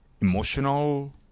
emotional